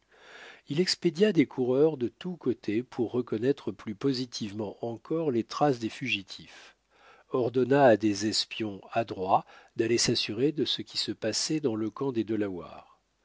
il expédia des coureurs de tous côtés pour reconnaître plus positivement encore les traces des fugitifs ordonna à des espions adroits d'aller s'assurer de ce qui se passait dans le camp des